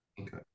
okay